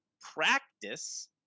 practice